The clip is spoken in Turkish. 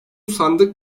sandık